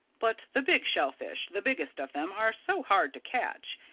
but the big shellfish the biggest of them, are so hard to catch.